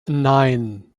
nein